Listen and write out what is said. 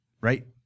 right